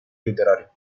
literario